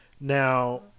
Now